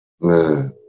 Man